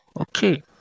Okay